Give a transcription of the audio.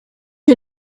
you